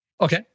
Okay